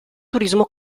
turismo